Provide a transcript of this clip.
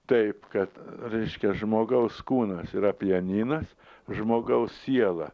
taip kad reiškia žmogaus kūnas yra pianinas žmogaus siela